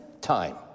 time